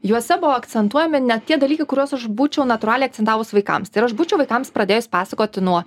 juose buvo akcentuojami ne tie dalykai kuriuos aš būčiau natūraliai atsidavus vaikams ir aš būčiau vaikams pradėjus pasakoti nuo